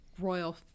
Royal